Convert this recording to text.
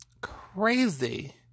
crazy